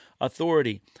authority